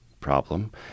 problem